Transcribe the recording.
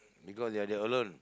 because they are alone